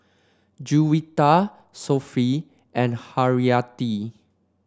Juwita Sofea and Haryati